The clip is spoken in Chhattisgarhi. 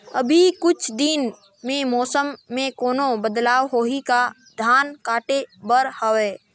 अभी कुछ दिन मे मौसम मे कोनो बदलाव होही का? धान काटे बर हवय?